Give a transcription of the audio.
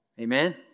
Amen